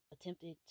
attempted